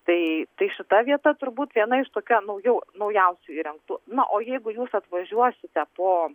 tai tai šita vieta turbūt viena iš tokia naujau naujausių įrengtų na o jeigu jūs atvažiuosite po